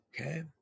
Okay